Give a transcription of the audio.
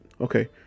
Okay